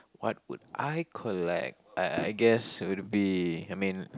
what would I collect I I guess it would be I mean